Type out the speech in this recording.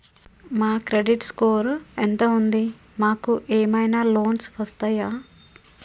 మా credit score ఎంత ఉంది? మాకు ఏమైనా లోన్స్ వస్తయా?